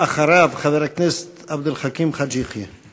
אחריו, חבר הכנסת עבד אל חכים חאג' יחיא.